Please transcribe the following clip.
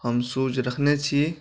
हम शूज रखने छी